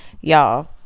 y'all